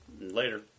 Later